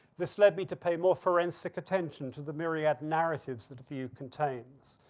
this led me to pay more forensic attention to the myriad narratives that a view contains.